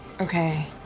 Okay